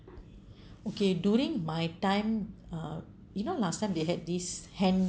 okay during my time uh you know last time they had this hand